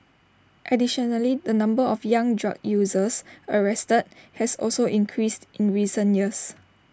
additionally the number of young drug users arrested has also increased in recent years